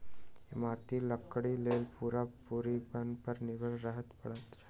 इमारती लकड़ीक लेल पूरा पूरी बन पर निर्भर रहय पड़ैत छै